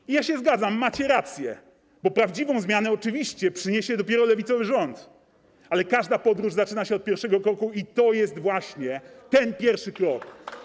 I ja się zgadzam, macie rację, bo prawdziwą zmianę oczywiście przyniesie dopiero lewicowy rząd, ale każda podróż zaczyna się od pierwszego kroku i to jest właśnie ten pierwszy krok.